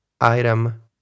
item